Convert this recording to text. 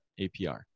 APR